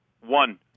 One